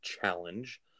challenge